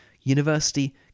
university